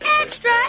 Extra